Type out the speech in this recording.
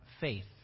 faith